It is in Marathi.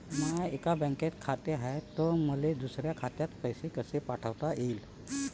माय एका बँकेत खात हाय, त मले दुसऱ्या खात्यात पैसे कसे पाठवता येईन?